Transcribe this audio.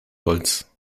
holz